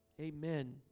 Amen